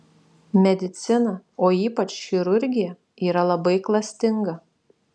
medicina o ypač chirurgija yra labai klastinga